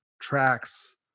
tracks